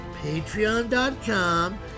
patreon.com